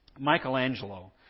Michelangelo